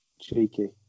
Cheeky